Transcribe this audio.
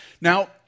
Now